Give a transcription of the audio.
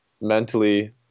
mentally